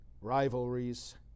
rivalries